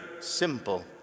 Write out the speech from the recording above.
simple